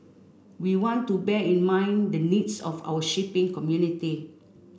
we want to bear in mind the needs of our shipping community